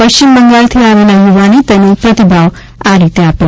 પશ્ચિમ બંગાળથી આવેલા યુવાને તેનો પ્રતિભાવ આ રીતે આપ્યો